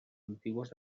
antiguos